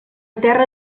terra